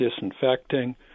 disinfecting